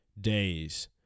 days